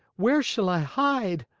where shall i hide?